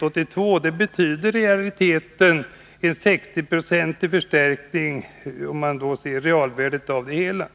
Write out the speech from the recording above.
82. Det betyder i realiteten en 60 procentig förstärkning, om man ser på det reala värdet.